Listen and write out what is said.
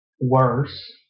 worse